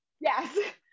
Yes